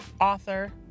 author